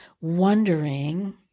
wondering